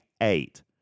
eight